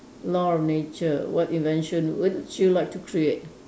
law of nature what invention would would you like to create